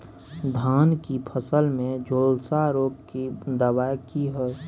धान की फसल में झुलसा रोग की दबाय की हय?